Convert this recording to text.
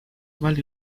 vale